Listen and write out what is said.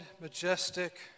majestic